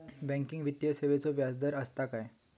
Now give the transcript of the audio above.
Banking वित्तीय सेवाचो व्याजदर असता काय?